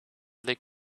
lick